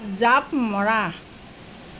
জাঁপ মৰা